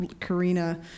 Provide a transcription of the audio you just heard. Karina